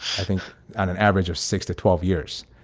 i think on an average of six to twelve years.